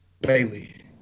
Bailey